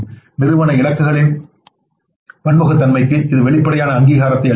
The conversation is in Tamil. நிறுவன இலக்குகளின் பன்முகத்தன்மைக்கு இது வெளிப்படையான அங்கீகாரத்தை அளிக்கிறது